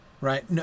right